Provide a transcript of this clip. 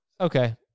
Okay